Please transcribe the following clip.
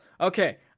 Okay